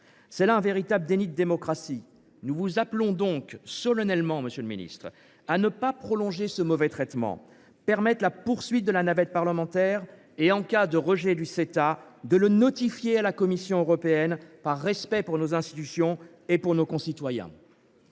commis un véritable déni de démocratie. Nous vous appelons donc solennellement, monsieur le ministre, à ne pas prolonger ce mauvais traitement, en permettant que la navette parlementaire se poursuive, et, en cas de rejet du Ceta, à le notifier à la Commission européenne, par respect pour nos institutions et pour nos concitoyens.